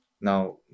now